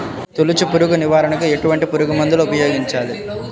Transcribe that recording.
తొలుచు పురుగు నివారణకు ఎటువంటి పురుగుమందులు ఉపయోగించాలి?